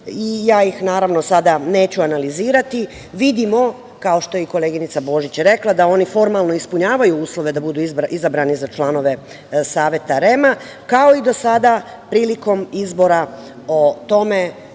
i ja ih naravno sada neću analizirati. Vidimo, kao što je i koleginica Božić rekla da oni formalno ispunjavaju uslove da budu izabrani za članove Saveta REM-a, kao i do sada prilikom izbor o tome